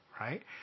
right